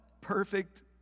perfect